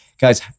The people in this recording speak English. guys